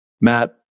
Matt